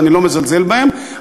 ואני לא מזלזל בהן,